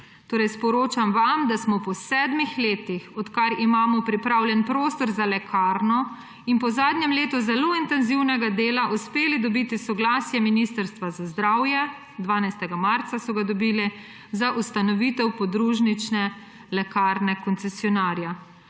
»Sporočam vam, da smo po sedmih letih, odkar imamo pripravljen prostor za lekarno, in po zadnjem letu zelo intenzivnega dela uspeli dobiti soglasje Ministrstva za zdravje …«, 12. marca so ga dobili, »… za ustanovitev podružnične lekarne koncesionarja.